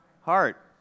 heart